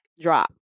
drop